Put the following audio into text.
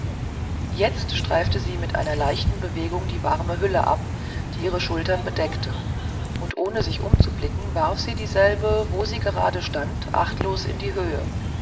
jetzt streifte sie mit einer leichten bewegung die warme hülle ab die ihre schultern bedeckte und ohne sich umzublicken warf sie dieselbe wo sie gerade stand achtlos in die höhe